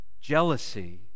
jealousy